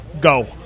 go